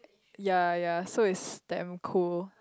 ya ya so is damn cool